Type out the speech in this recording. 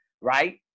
right